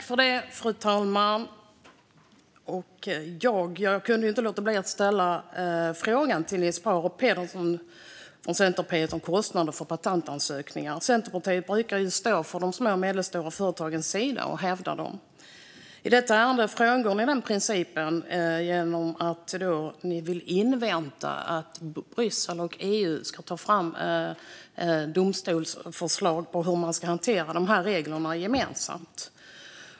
Fru talman! Jag kan inte låta bli att ställa frågan till Niels Paarup-Petersen från Centerpartiet om kostnader för patentansökningar. Centerpartiet brukar stå på de små och medelstora företagens sida. I detta ärende frångår ni den principen genom att ni vill invänta att Bryssel och EU ska ta fram domstolsförslag på hur reglerna ska hanteras gemensamt.